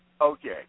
Okay